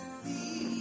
see